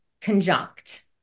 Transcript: conjunct